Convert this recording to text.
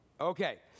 Okay